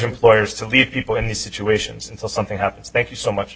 employers to leave people in these situations until something happens thank you so much